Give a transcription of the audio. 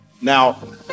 Now